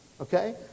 Okay